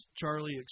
Charlie